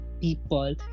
people